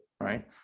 right